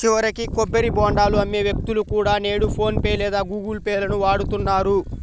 చివరికి కొబ్బరి బోండాలు అమ్మే వ్యక్తులు కూడా నేడు ఫోన్ పే లేదా గుగుల్ పే లను వాడుతున్నారు